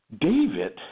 David